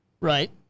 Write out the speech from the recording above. Right